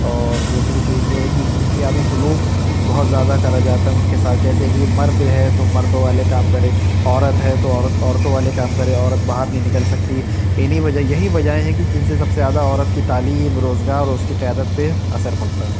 اور دوسری چیز یہ ہے کہ امتیازی سلوک بہت زیادہ کرا جاتا ہے ان کے ساتھ جیسے کہ مرد ہے تو مردوں والے کام کرے عورت ہے تو عورتوں والے کام کرے عورت باہر نہیں نکل سکتی انہیں وجہ یہی وجہیں ہیں کہ جن سے سب سے زیادہ عورت کی تعلیم روزگار اور اس کے قیادت پہ اثر پڑتا ہے